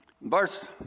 verse